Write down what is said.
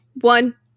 one